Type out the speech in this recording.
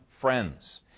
friends